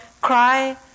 cry